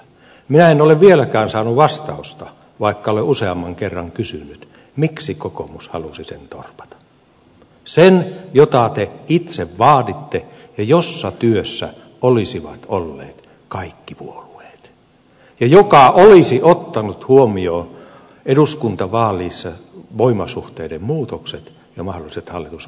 minä en ole vieläkään saanut vastausta vaikka olen useamman kerran kysynyt siihen miksi kokoomus halusi sen torpata sen jota te itse vaaditte ja jossa työssä olisivat olleet kaikki puolueet ja joka olisi ottanut huomioon voimasuhteiden muutokset eduskuntavaaleissa ja mahdolliset hallitusohjelman kirjaukset